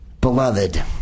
beloved